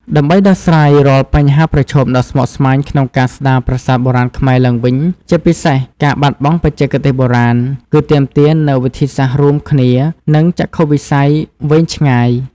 ដើម្បីដោះស្រាយរាល់បញ្ហាប្រឈមដ៏ស្មុគស្មាញក្នុងការស្ដារប្រាសាទបុរាណខ្មែរឡើងវិញ ជាពិសេសការបាត់បង់បច្ចេកទេសបុរាណ គឺទាមទារនូវវិធីសាស្ត្ររួមគ្នា និងចក្ខុវិស័យវែងឆ្ងាយ។